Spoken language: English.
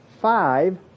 five